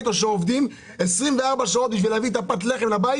או עובדים 24 שעות בשבילי להביא את הפת לחם לבית.